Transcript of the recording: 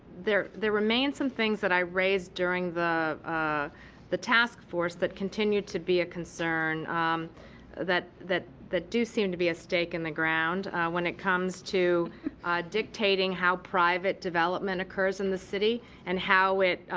there there remains some things that i raised during the ah the task force that continue to be a concern that that do seem to be a stake in the ground when it comes to dictating how private development occurs in the city, and how it